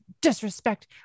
disrespect